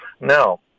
Now